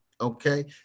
Okay